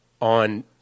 on